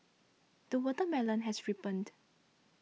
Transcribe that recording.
the watermelon has ripened